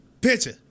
Picture